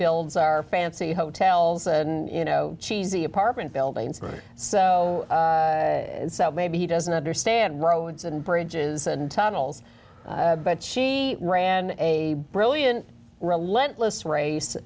builds are fancy hotels and you know cheesy apartment buildings so maybe he doesn't understand roads one and bridges and tunnels but she ran a brilliant relentless race